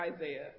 Isaiah